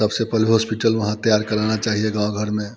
सबसे पहले हॉस्पिटल वहाँ तैयार कराना चाहिए गाँव घर में